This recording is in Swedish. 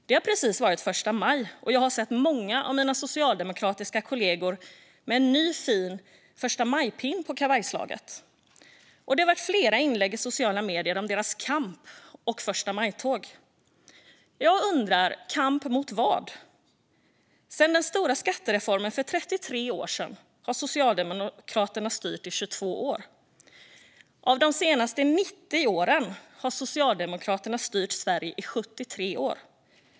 Det har precis varit första maj, och jag har sett många av mina socialdemokratiska kollegor med en ny, fin förstamajpin på kavajslaget. Jag har sett flera inlägg i sociala medier om deras kamp och förstamajtåg. Jag undrar: Kamp mot vad? Sedan den stora skattereformen för 33 år sedan har Socialdemokraterna styrt i 22 år. Av de senaste 90 åren har Socialdemokraterna styrt Sverige i 73 år.